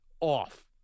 off